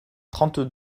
trente